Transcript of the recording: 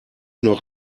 noch